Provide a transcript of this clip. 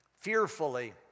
Fearfully